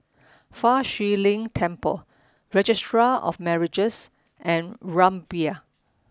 Fa Shi Lin Temple Registrar of Marriages and Rumbia